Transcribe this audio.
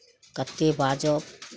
कतेक बाजब